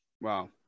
Wow